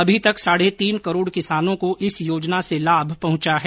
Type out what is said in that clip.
अभी तक साढ़े तीन करोड़ किसानों को इस योजना से लाभ पहुंचा है